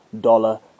dollar